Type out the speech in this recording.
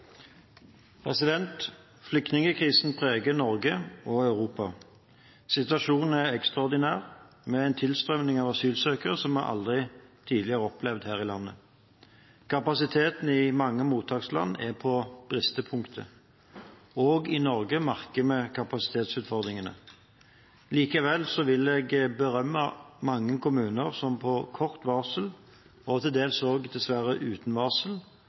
preger Norge og Europa. Situasjonen er ekstraordinær med en tilstrømning av asylsøkere som vi aldri har opplevd her i landet. Kapasiteten i mange mottaksland er på bristepunktet. Også i Norge merker vi kapasitetsutfordringene. Likevel vil jeg berømme mange kommuner som på kort varsel, og dessverre til dels også uten varsel,